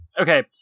Okay